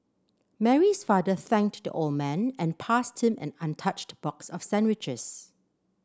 Mary's father thanked the old man and passed him an untouched box of sandwiches